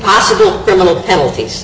possible criminal penalties